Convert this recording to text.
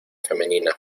femenina